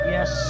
Yes